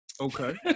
Okay